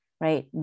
right